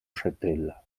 chatel